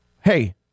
Hey